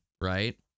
right